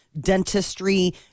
dentistry